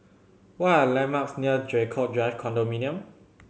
what are the landmarks near Draycott Drive Condominium